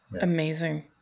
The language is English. Amazing